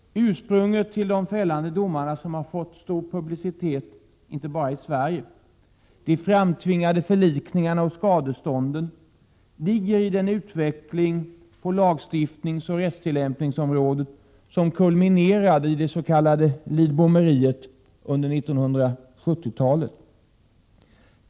Ursprunget till de fällande domarna — som har fått stor publicitet inte bara i Sverige —, de framtvingade förlikningarna och skadestånden ligger iden utveckling på lagstiftningsoch rättstillämpningsområdet som kulminerade i det s.k. lidbommeriet under 1970-talet.